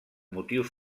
motius